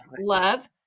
Love